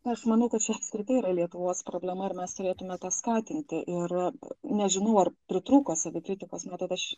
aš manau kad čia apskritai yra lietuvos problema ar mes turėtumėme tą skatinti ir nežinau ar pritrūko savikritikos matot aš